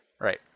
Right